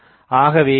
ஆகவே இங்கு Ms0 ஆகும்